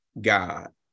God